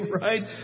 right